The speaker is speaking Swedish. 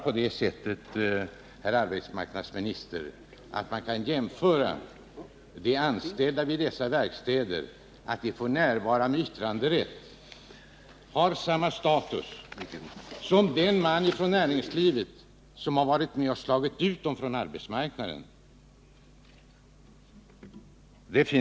Man kan inte, herr arbetsmarknadsminister, jämföra det förhållandet, att de anställda vid dessa verkstäder får rätt att närvara vid styrelsesammanträdena med yttranderätt med den status som den man från näringslivet har som varit med om att slå ut dem från arbetsmarknaden.